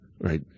right